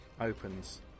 opens